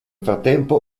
frattempo